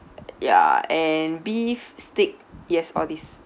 ya and beef steak yes all these